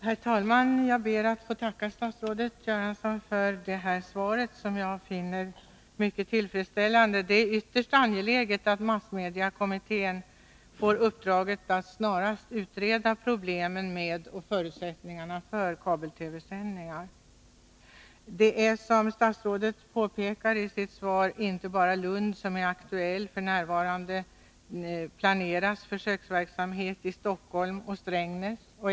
Herr talman! Jag ber att få tacka statsrådet Göransson för svaret, som jag finner mycket tillfredsställande. Det är ytterst angeläget att massmediekommittén får i uppdrag att snarast utreda problemen med och förutsättningarna för kabel-TV-sändningar. Det är, som statsrådet framhåller i svaret, inte bara aktuellt med försöksverksamhet i Lund. F.n. planeras försöksverksamhet också för Stockholm och Strängnäs.